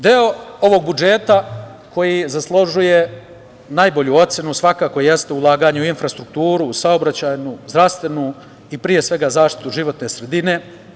Deo ovog budžeta koji zaslužuje najbolju ocenu svakako jeste ulaganje u infrastrukturu, u saobraćajnu, zdravstvenu i pre svega zaštitu životne sredine.